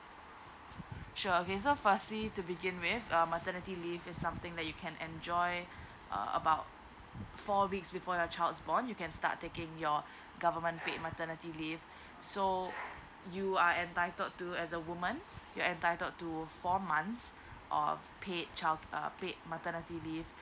sure okay so firstly to begin with um the maternity leave is something that you can enjoy uh about four weeks before your child's born you can start taking your government paid maternity leave so you are entitled to as a woman you are entitled to four months of paid child uh paid maternity leave